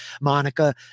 Monica